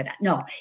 No